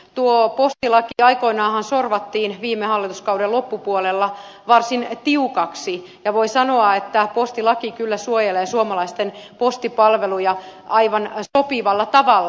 tuo postilaki aikoinaanhan sorvattiin viime hallituskauden loppupuolella varsin tiukaksi ja voi sanoa että postilaki kyllä suojelee suomalaisten postipalveluja aivan sopivalla tavalla